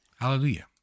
Hallelujah